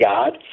God